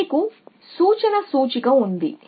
మీకు సూచన సూచిక ఉంది